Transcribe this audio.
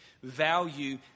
value